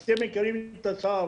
אתה מכירים את השר,